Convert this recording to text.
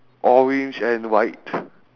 orange and white